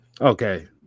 Okay